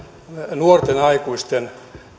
nuorten aikuisten